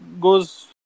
goes